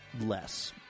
less